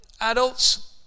adults